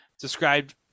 described